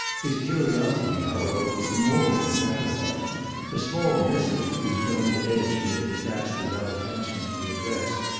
his curiosity, however, was more than gratified the small missive, whose gummed edge he had detached without attention to the address,